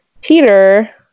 Peter